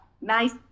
nice